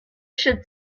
should